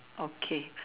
okay